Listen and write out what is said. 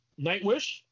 Nightwish